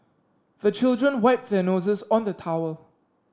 the children wipe their noses on the towel